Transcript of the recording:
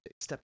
step